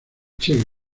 che